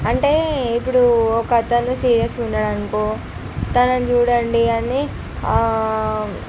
అంటే ఇప్పుడు ఒకతను సీరియస్ ఉన్నాడు అనుకో తనని చూడండి అని